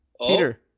Peter